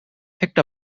picked